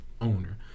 owner